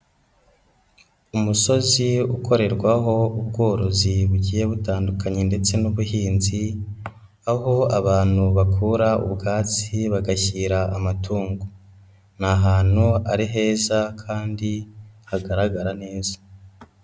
Umusozi ukorerwaho ubworozi bugiye butandukanye, ndetse n'ubuhinzi, aho abantu bakura ubwatsi bagashyira amatungo, ni ahantu ari heza, kandi hagaragara neza.